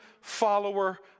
follower